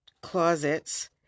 closets